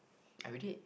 I already